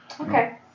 Okay